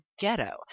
ghetto